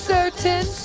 Certain